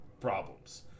problems